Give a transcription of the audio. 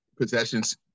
Possessions